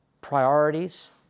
priorities